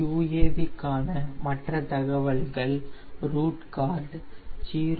UAV க்கான மற்ற தகவல்கள் ரூட் கார்டு 0